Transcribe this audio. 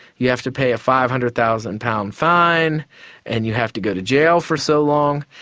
you have to pay a five hundred thousand pounds fine and you have to go to jail for so long.